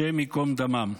השם ייקום דמם.